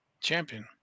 champion